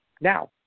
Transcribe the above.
Now